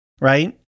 right